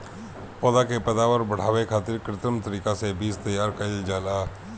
पौधा के पैदावार बढ़ावे खातिर कित्रिम तरीका से बीज तैयार कईल जाला